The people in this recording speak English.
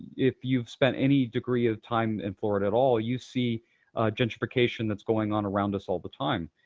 if you've spent any degree of time in florida at all, you see gentrification that's going on around us all the time.